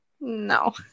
no